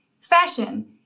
fashion